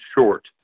short